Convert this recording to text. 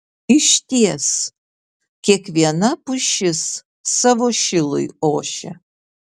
išties kiekviena pušis savo šilui ošia